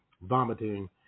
vomiting